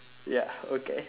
ya okay